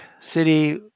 City